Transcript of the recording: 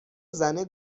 زنه